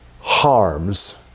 harms